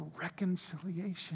reconciliation